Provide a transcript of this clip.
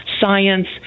science